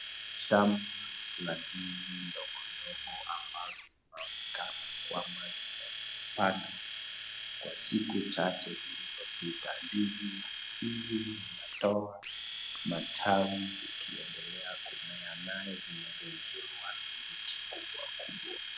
Shamba la ndizi ndogondogo ambazo zinaonekana kwamba zimepandwa kwa siku chache zilizopita. Ndizi hizi zinatoa matawi zikiendelea kumea nayo zinasaidia kuwa na miti kubwa kubwa.